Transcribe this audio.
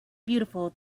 beautiful